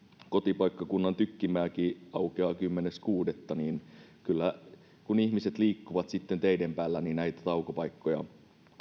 kotipaikkakunnan tykkimäki aukeaa kymmenes kuudetta joten kyllä sitten kun ihmiset liikkuvat teiden päällä näitä taukopaikkoja